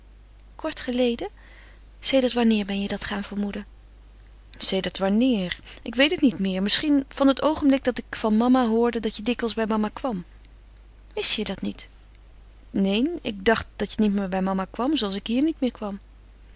kort geleden zeg paul sedert wanneer ben je dat gaan vermoeden sedert wanneer ik weet het niet meer misschien van het oogenblik dat ik van mama hoorde dat je dikwijls bij mama kwam wist je dat niet neen ik dacht dat je niet meer bij mama kwam zooals ik hier niet meer kwam